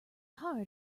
hard